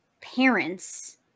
parents